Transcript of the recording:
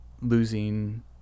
losing